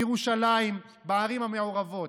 בירושלים ובערים המעורבות.